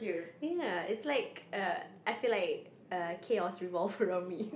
ya it's like err I feel like chaos revolves around me